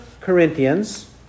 Corinthians